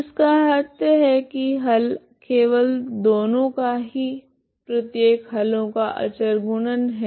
तो इसका अर्थ है की हल केवल दोनों का ही प्रत्येक हलों का अचर गुणन है